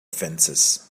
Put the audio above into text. fences